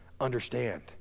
understand